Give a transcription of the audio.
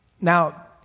Now